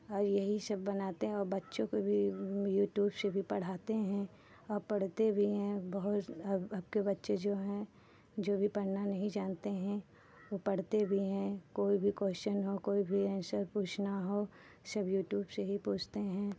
और यही सब बनाते हैं और बच्चों को भी यूट्यूब से भी पढ़ाते हैं और पढ़ते भी हैं बहुत अब अबके बच्चे जो हैं जो भी पढ़ना नहीं जानते हैं वो पढ़ते भी हैं कोई भी कोश्चन हो कोई भी ऐन्सर पूछना हो सब यूट्यूब से ही पूछते हैं